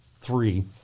three